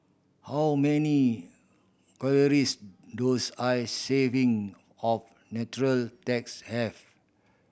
how many calories does I serving of nutella tarts have